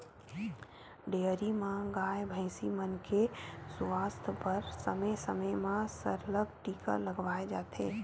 dairy म गाय, भइसी मन के सुवास्थ बर समे समे म सरलग टीका लगवाए जाथे